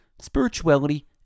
spirituality